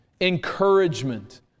encouragement